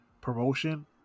promotion